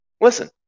listen